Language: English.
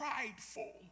prideful